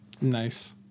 Nice